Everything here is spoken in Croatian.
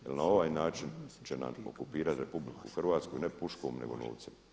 Jer na ovaj način će nam okupirati RH ne puškom nego novcima.